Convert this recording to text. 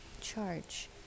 charge